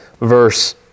verse